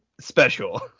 special